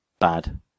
bad